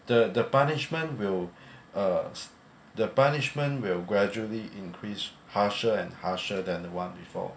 the the punishment will uh s~ the punishment will gradually increase harsher and harsher than the one before